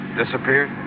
disappeared